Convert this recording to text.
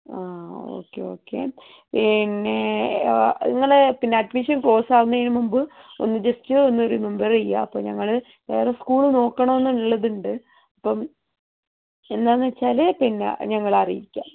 ആഹ് okay okay പിന്നെ നിങ്ങൾ പിന്നെ അഡ്മിഷൻ ക്ലോസ് ആകുന്നതിന് മുമ്പ് ഒന്ന് ജസ്റ്റ് ഒന്ന് റിമംബർ ചെയ്യുക അപ്പോൾ ഞങ്ങൾ വേറെ സ്കൂൾ നോക്കണോയെന്ന് ഉള്ളത് ഉണ്ട് അപ്പം എന്താണെന്നു വച്ചാൽ പിന്നെ ഞങ്ങളെ അറിയിക്കുക